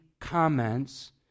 comments